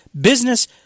business